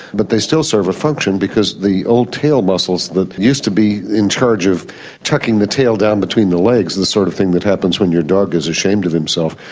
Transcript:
but they still serve a function because the old tail muscles that used to be in charge of tucking the tail down between the legs, the sort of thing that happens when your dog is ashamed of himself,